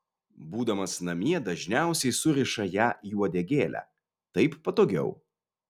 būdamas namie dažniausiai suriša ją į uodegėlę taip patogiau